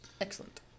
Excellent